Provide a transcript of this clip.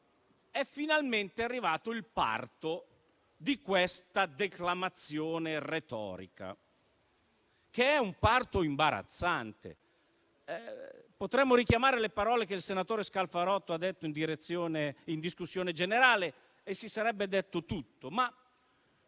è finalmente arrivato il parto di questa declamazione retorica, che è un parto imbarazzante. Potremmo richiamare le parole che il senatore Scalfarotto ha pronunciato in discussione generale e si sarebbe detto tutto.